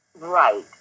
Right